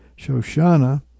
Shoshana